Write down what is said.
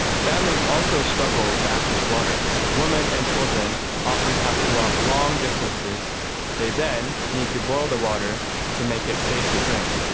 families also struggle to access water. women and children often have to walk long distances, and they then need to boil the water to make it safe to drink,